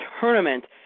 tournament